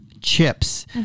chips